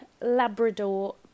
Labrador